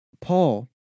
Paul